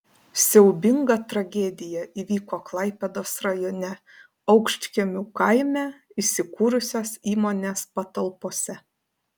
siaubinga tragedija įvyko klaipėdos rajone aukštkiemių kaime įsikūrusios įmonės patalpose